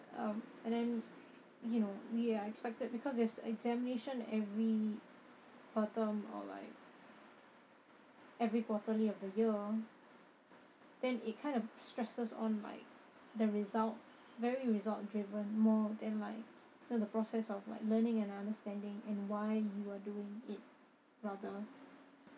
um and then you know we are expected because there's examination every per term or like every quarterly of the year then it kind of stresses on like the result very result driven more than like the process of like learning and understanding and why you are doing it rather